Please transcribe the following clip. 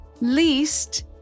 least